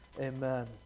Amen